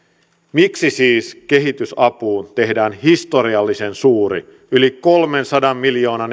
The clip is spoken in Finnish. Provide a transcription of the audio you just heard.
miksi siis kehitysapuun tehdään historiallisen suuri yli kolmensadan miljoonan